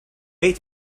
wait